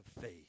faith